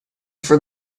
for